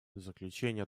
заключение